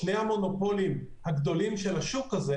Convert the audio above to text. שני המונופולים הגדולים של השוק הזה,